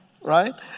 Right